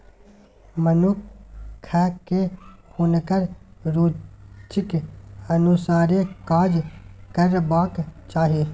मनुखकेँ हुनकर रुचिक अनुसारे काज करबाक चाही